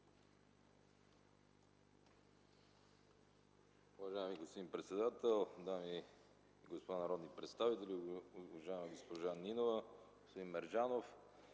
Уважаеми господин председател, дами и господа народни представители! Уважаема госпожо Нинова, господин Мерджанов,